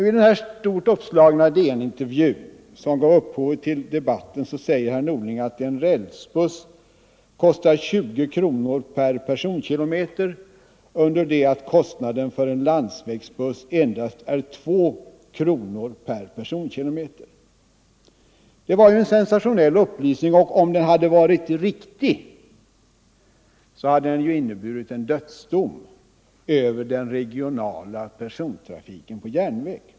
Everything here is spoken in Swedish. I den stort uppslagna DN-intervju som gav upphov till dagens debatt stod att herr Norling uttalat att en rälsbuss kostar 20 kronor per personkilometer, under det att kostnaden för en landsvägsbuss endast är 2 kronor per personkilometer. Det var en sensationell upplysning, och om den hade varit riktig skulle den ha inneburit en dödsdom över den Nr 128 regionala persontrafiken på järnväg.